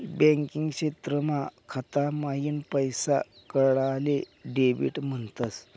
banking क्षेत्रमा खाता माईन पैसा काढाले डेबिट म्हणतस